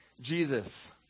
Jesus